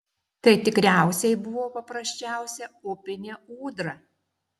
tai tikriausiai buvo paprasčiausia upinė ūdra